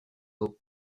eaux